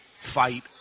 fight